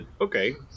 okay